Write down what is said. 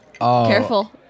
Careful